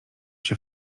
się